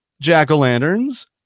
jack-o'-lanterns